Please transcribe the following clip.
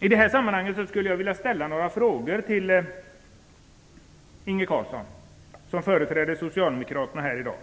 I det här sammanhanget skulle jag vilja ställa några frågor till Inge Carlsson, som företräder Socialdemokraterna här i dag.